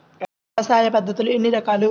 వ్యవసాయ పద్ధతులు ఎన్ని రకాలు?